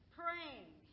praying